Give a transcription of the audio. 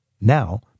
Now